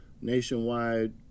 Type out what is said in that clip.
nationwide